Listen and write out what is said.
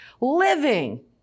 Living